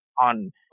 on